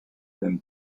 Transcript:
them